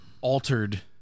altered